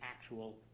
actual